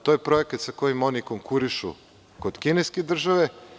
To je projekat sa kojim oni konkurišu kod kineske države.